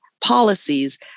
policies